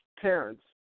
parents